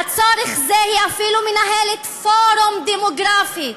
לצורך זה היא אפילו מנהלת פורום דמוגרפי.